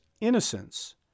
innocence